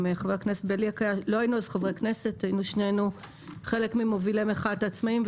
גם חבר הכנסת בליאק - היינו שנינו חלק ממובילי מחאת העצמאים.